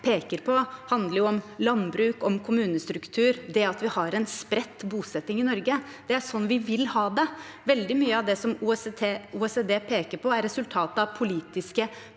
handler om landbruk, kommunestruktur og det at vi har en spredt bosetning i Norge. Det er sånn vi vil ha det. Veldig mye av det OECD peker på, er resultatet av politiske